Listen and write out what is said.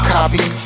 Copy